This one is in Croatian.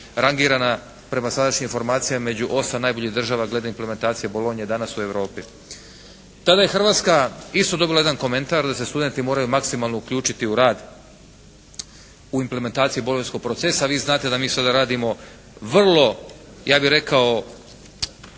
rangirana prema sadašnjim informacijama među osam najboljih država glede implementacije Bolonje danas u Europi. Tada je Hrvatska isto dobila jedan komentar da se studenti moraju maksimalno uključiti u rad u implementaciji "Bolonjskog procesa". Vi znate da mi sada radimo vrlo ja bih rekao